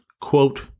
quote